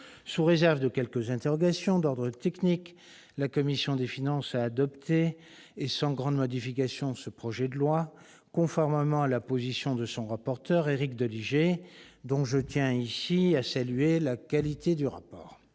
Sous réserve de quelques interrogations d'ordre technique, la commission des finances a adopté sans modification ce projet de loi, conformément à la position de son rapporteur Éric Doligé, dont je tiens à saluer la qualité du travail.